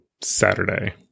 Saturday